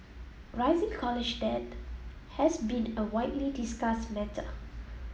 rising college debt has been a widely discussed matter